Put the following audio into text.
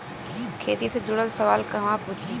खेती से जुड़ल सवाल कहवा पूछी?